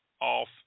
off